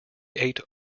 ate